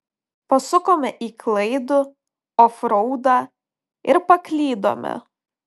pasukome į klaidų ofraudą ir paklydome